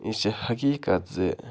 یہِ چھِ حقیٖقَت زِ